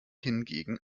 hingegen